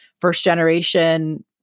first-generation